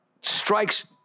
strikes